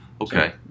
Okay